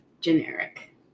generic